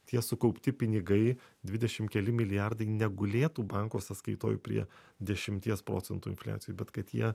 tie sukaupti pinigai dvidešim keli milijardai negulėtų banko sąskaitoj prie dešimties procentų infliacijų bet kad jie